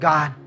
God